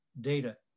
data